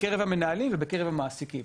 בקרב המנהלים ובקרב המעסיקים?